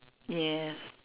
yes